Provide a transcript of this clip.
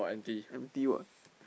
empty what